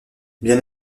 bien